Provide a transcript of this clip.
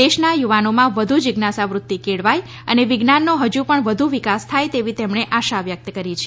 દેશના યુવાનોમાં વધુ જિજ્ઞાસા વૃત્તિ કેળવાય અને વિજ્ઞાનનો હજી પણ વધુ વિકાસ થાય તેવી તેમણે આશા વ્યક્ત કરી છે